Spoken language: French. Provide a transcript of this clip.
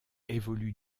évolue